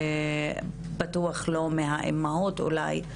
בטוח לא מהאימהות אולי,